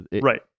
Right